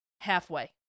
halfway